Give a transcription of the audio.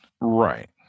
right